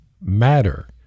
matter